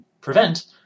prevent